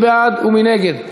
מי בעד ומי נגד?